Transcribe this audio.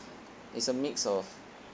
it's a mix of